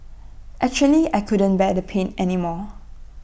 actually I couldn't bear the pain anymore